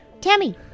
Tammy